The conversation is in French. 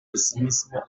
pessimisme